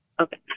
Okay